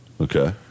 Okay